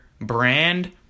brand